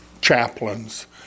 chaplains